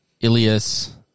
Ilias